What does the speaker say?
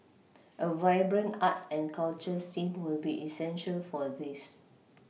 a vibrant arts and culture scene will be essential for this